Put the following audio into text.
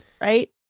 right